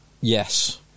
Yes